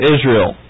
Israel